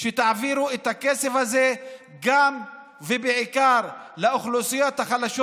שתעבירו את הכסף הזה גם ובעיקר לאוכלוסיות החלשות,